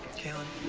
caitlin,